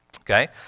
Okay